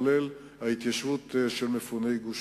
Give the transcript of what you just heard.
לרבות ההתיישבות של מפוני גוש-קטיף.